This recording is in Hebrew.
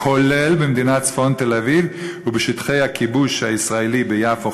כולל במדינת צפון תל-אביב ובשטחי הכיבוש הישראלי ביפו,